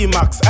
Max